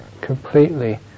completely